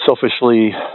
selfishly